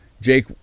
Jake